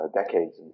decades